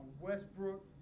Westbrook